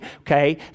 okay